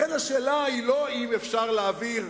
לכן, השאלה היא לא האם אפשר להעביר